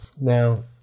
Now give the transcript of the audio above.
now